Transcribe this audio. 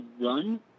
run